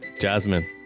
Jasmine